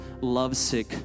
lovesick